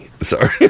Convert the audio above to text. sorry